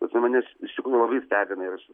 visuomenės iš tikrųjų labai stebina ir aš